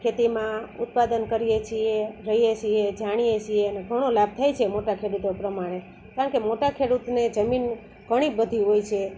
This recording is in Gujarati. ખેતીમાં ઉત્પાદન કરીએ છીએ રહીએ છીએ જાણીએ છીએ ને ઘણો લાભ થાય છે મોટા ખેડૂતો પ્રમાણે કારણકે મોટા ખેડૂતને જમીન ઘણી બધી હોય છે